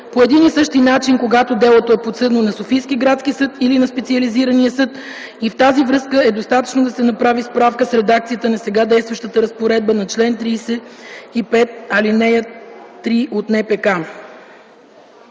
по един и същи начин, когато делото е подсъдно на Софийския градски съд или на Специализирания съд, и в тази връзка е достатъчно да се направи справка с редакцията на сега действащата разпоредба на чл. 35, ал. 3 от НПК.